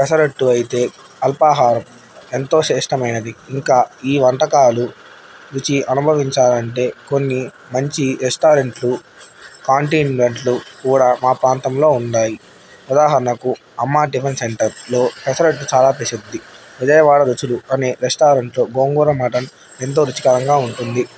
పెసరట్టు అయితే అల్పాహారం ఎంతో శ్రేష్టమైనది ఇంకా ఈ వంటకాలు రుచి అనుభవించాలంటే కొన్ని మంచి రెస్టారెంట్లు కాంటినంట్లు కూడా మా ప్రాంతంలో ఉన్నాయి ఉదాహరణకు అమ్మా టిఫన్ సెంటర్లలో పెసరట్టు చాలా ప్రసిద్ధి విజయవాడ రుచులు అనే రెస్టారెంట్లో గోంగూర మటన్ ఎంతో రుచికరంగా ఉంటుంది